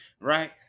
Right